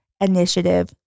initiative